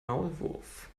maulwurf